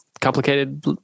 complicated